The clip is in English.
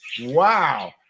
wow